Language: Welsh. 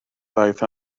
ddaeth